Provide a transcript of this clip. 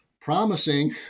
promising